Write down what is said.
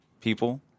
people